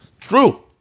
True